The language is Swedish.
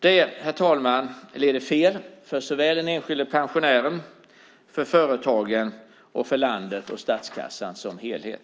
Det, herr talman, leder fel för såväl den enskilde pensionären som företagen, landet och statskassan som helhet.